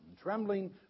trembling